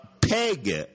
Peg